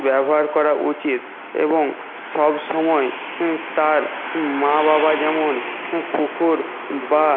ব্যবহার করা উচিত এবং সব সময় তার মা বাবা যেমন পুকুর বা